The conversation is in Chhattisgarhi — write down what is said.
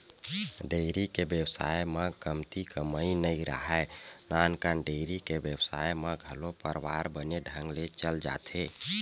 डेयरी के बेवसाय म कमती कमई नइ राहय, नानकन डेयरी के बेवसाय म घलो परवार बने ढंग ले चल जाथे